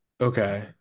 Okay